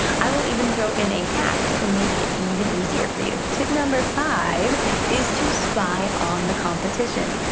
i will even throw in a hack to make it even easier for you. tip number five is to spy on the competition.